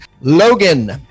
logan